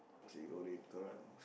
see how later lah